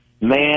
man